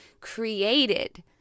created